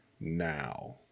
now